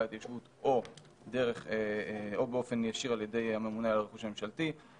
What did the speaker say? להתיישבות או באופן ישיר על ידי הממונה על הרכוש הממשלתי.